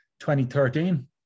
2013